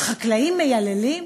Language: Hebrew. החקלאים מייללים?